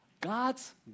God's